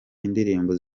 indirimbo